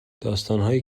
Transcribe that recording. داستانهایی